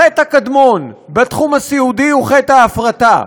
החטא הקדמון בתחום הסיעודי הוא חטא ההפרטה,